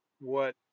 what-